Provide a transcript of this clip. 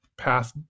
path